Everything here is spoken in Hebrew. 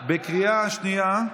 בקריאה השנייה.